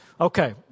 Okay